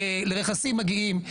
לרכסים מגיעים.